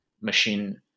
machine